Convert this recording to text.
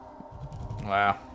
Wow